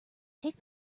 take